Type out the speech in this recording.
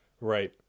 Right